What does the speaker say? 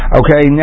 okay